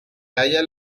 halla